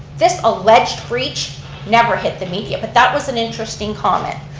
this alleged breach never hit the media, but that was an interesting comment.